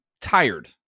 tired